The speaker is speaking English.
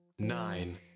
Nine